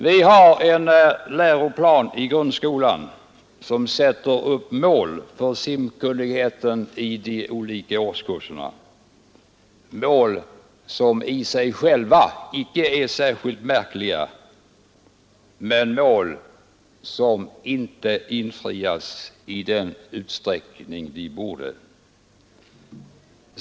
Vi har en läroplan i grundskolan som sätter upp mål för simkunnigheten i de olika årskurserna — mål som i sig själva icke är särskilt märkliga men som inte nås i den utsträckning de borde nås.